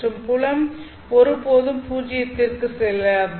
மற்றும் புலம் ஒரு போதும் பூஜ்ஜயத்திற்குச் செல்லாது